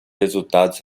resultados